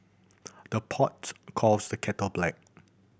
the pot calls the kettle black